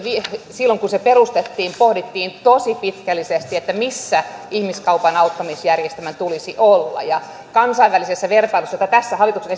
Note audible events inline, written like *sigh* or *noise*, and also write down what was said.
silloin kun se perustettiin pohdittiin tosi pitkällisesti missä ihmiskaupan uhrien auttamisjärjestelmän tulisi olla kansainvälisessä vertailussa jota tässä hallituksen *unintelligible*